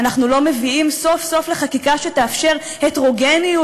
אנחנו לא מביאים סוף-סוף לחקיקה שתאפשר הטרוגניות